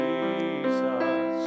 Jesus